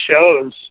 shows